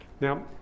Now